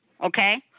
okay